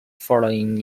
following